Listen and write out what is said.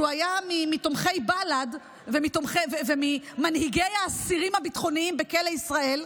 שהיה מתומכי בל"ד וממנהיגי האסירים הביטחוניים בכלא ישראל,